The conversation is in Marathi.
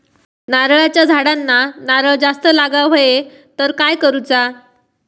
नारळाच्या झाडांना नारळ जास्त लागा व्हाये तर काय करूचा?